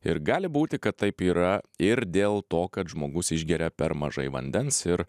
ir gali būti kad taip yra ir dėl to kad žmogus išgeria per mažai vandens ir